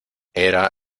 era